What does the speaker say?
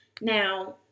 Now